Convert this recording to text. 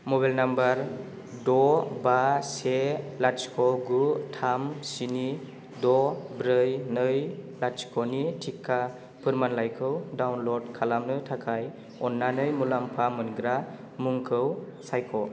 mobile number द' बा से लाथिख' गु थाम स्नि द' ब्रै नै लाथिख'नि थिखा फोरमानलाइखौ डाउनल'ड खालामनो थाखाय अननानै मुलाम्फा मोनग्रा मुंखौ सायख'